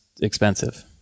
expensive